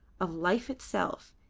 of life itself,